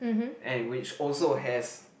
and which also has